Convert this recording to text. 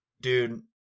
dude